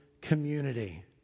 community